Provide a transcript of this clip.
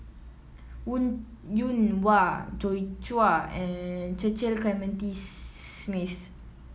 Wong Yoon Wah Joi Chua and Cecil Clementi Smith